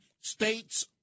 states